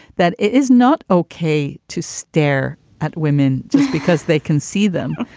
that it is not ok to stare at women just because they can see them,